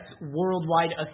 worldwide